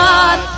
God